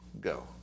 Go